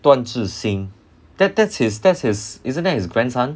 段自行 that that's his that's his isn't that his grandson